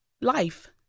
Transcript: life